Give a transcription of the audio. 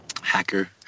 Hacker